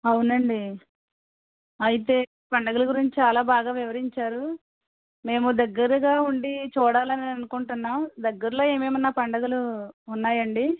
అవునండి అయితే పండగల గురించి చాలా బాగా వివరించారు మేము దగ్గరగా ఉండి చూడాలని అనుకుంటున్నాం దగ్గరలో ఏమైనా పండుగలు ఉన్నాయండి